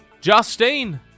Justine